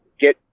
get